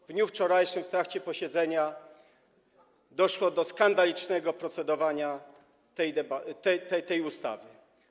W dniu wczorajszym w trakcie posiedzenia doszło do skandalicznego procedowania nad tą ustawą.